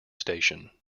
station